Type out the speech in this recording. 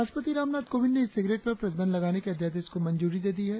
राष्ट्रपति रामनाथ कोविंद ने e cigarette पर प्रतिबंध लगाने के अध्यादेश को मंजूरी दे दी है